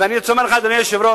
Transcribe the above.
אני רוצה לומר לך, אדוני היושב-ראש,